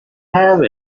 have